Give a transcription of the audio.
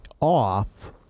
off